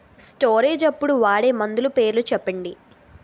Storage అప్పుడు వాడే మందులు పేర్లు చెప్పండీ?